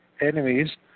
enemies